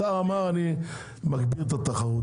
השר אמר: אני מגביר את התחרות.